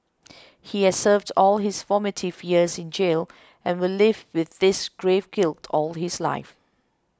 he has served all his formative years in jail and will live with this grave guilt all his life